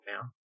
now